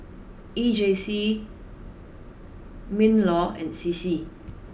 E J C Minlaw and C C